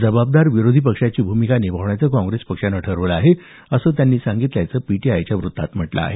जबाबदार विरोधी पक्षाची भूमिका निभावण्याचं काँग्रेस पक्षानं ठरवलं आहे असं त्यांनी सांगितल्याचं पीटीआयचं वृत्तात म्हटलं आहे